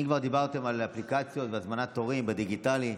אם כבר דיברתם על אפליקציות והזמנת תורים בדיגיטלי,